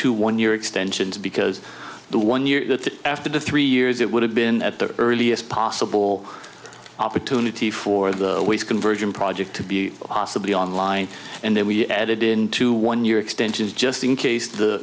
two one year extensions because the one year to after the three years it would have been at the earliest possible opportunity for the weeks conversion project to be possibly online and then we add it into one year extensions just in case